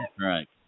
right